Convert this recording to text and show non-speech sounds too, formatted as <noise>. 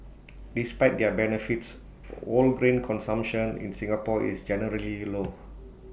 despite their benefits whole grain consumption in Singapore is generally low <noise>